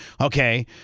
okay